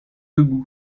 debout